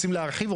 רוצים להרחיב,